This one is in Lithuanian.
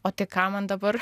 o tai ką man dabar